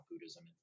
Buddhism